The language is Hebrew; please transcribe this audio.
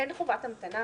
אין חובת המתנה